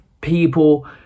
people